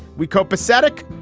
we copacetic?